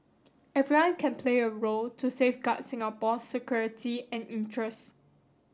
everyone can play a role to safeguard Singapore's security and interest